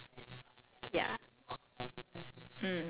okay then I guess the most important out of all right is sense